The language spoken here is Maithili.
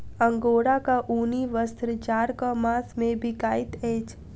अंगोराक ऊनी वस्त्र जाड़क मास मे बिकाइत अछि